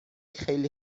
خیلی